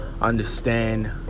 understand